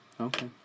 Okay